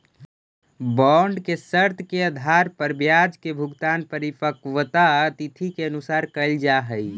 bond के शर्त के आधार पर ब्याज के भुगतान परिपक्वता तिथि के अनुसार कैल जा हइ